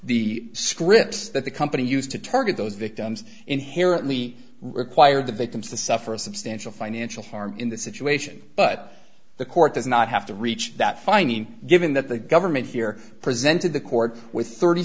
the scripts that the company used to target those victims inherently require the victims to suffer a substantial financial harm in this situation but the court does not have to reach that finding given that the government here presented the court with thirty